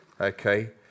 Okay